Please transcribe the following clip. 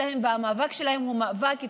והמאבק שלהם הוא מאבק צודק.